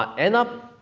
um end up,